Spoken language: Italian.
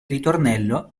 ritornello